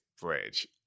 bridge